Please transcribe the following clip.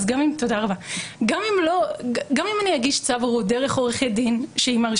אז גם אם אני אגיש צו הורות דרך עורכת דין מרשימה,